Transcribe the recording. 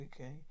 okay